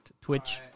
Twitch